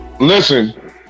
listen